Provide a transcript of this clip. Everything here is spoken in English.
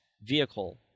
Vehicle